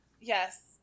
Yes